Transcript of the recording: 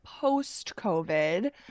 post-COVID